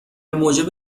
موجب